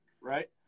right